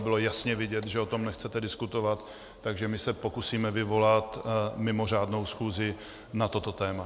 Bylo jasně vidět, že o tom nechcete diskutovat, takže my se pokusíme vyvolat mimořádnou schůzi na toto téma.